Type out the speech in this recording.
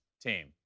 team